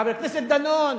חבר הכנסת דנון,